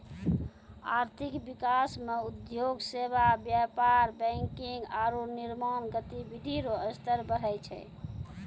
आर्थिक विकास मे उद्योग सेवा व्यापार बैंकिंग आरू निर्माण गतिविधि रो स्तर बढ़ै छै